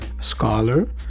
scholar